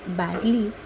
badly